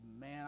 Man